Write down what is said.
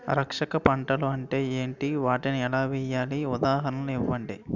రక్షక పంటలు అంటే ఏంటి? వాటిని ఎలా వేయాలి? ఉదాహరణలు ఇవ్వండి?